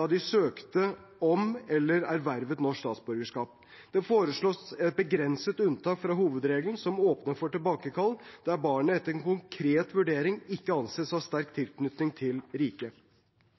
da de søkte om eller ervervet norsk statsborgerskap. Det foreslås et begrenset unntak fra hovedregelen, som åpner for tilbakekall der barnet etter en konkret vurdering ikke anses å ha sterk tilknytning til